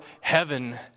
heaven